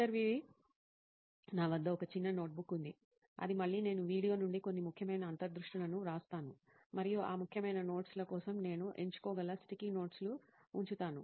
ఇంటర్వ్యూఈ నా వద్ద ఒక చిన్న నోట్ బుక్ ఉంది అది మళ్ళీ నేను వీడియో నుండి కొన్ని ముఖ్యమైన అంతర్దృష్టులను వ్రాస్తాను మరియు ఆ ముఖ్యమైన నోట్స్ ల కోసం నేను ఎంచుకోగల స్టిక్కీ నోట్స్ లు ఉంచుతాను